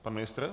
Pan ministr.